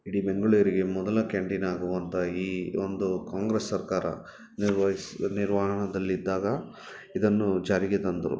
ಇಡೀ ಬೆಂಗಳೂರಿಗೆ ಮೊದಲ ಕ್ಯಾಂಟಿನ್ ಆಗುವಂಥ ಈ ಒಂದು ಕಾಂಗ್ರೆಸ್ ಸರ್ಕಾರ ನಿರ್ವಹಿಸ ನಿರ್ವಾಣದಲ್ಲಿದ್ದಾಗ ಇದನ್ನು ಜಾರಿಗೆ ತಂದರು